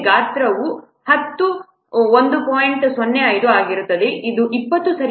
05 ಆಗಿರುತ್ತದೆ ಇದು 20 ಸರಿಸುಮಾರು 26